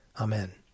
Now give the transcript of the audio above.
Amen